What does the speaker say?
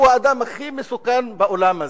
הוא האדם הכי מסוכן באולם הזה.